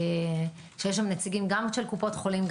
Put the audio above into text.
כשיש נציגים גם של קופות חולים,